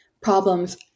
problems